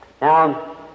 Now